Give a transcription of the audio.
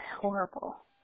horrible